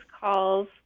calls